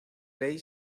ley